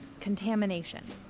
contamination